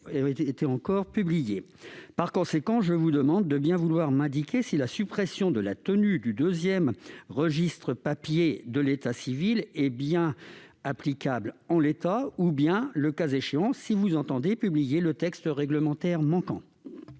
garde des sceaux, je vous demande de bien vouloir m'indiquer si la suppression de la tenue du second registre papier de l'état civil est bien applicable en l'état ou si, le cas échéant, vous entendez publier le texte réglementaire manquant.